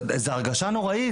זו הרגשה נוראית.